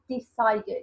decided